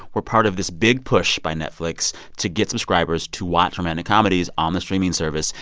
were part of this big push by netflix to get subscribers to watch romantic comedies on the streaming service.